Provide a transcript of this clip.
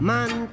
Man